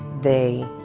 they,